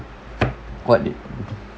what it